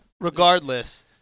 Regardless